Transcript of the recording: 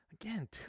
Again